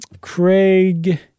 Craig